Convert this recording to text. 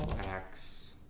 x,